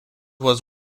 was